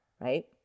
right